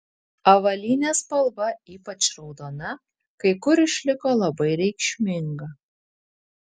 avalynės spalva ypač raudona kai kur išliko labai reikšminga